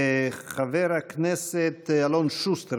חבר הכנסת אלון שוסטר,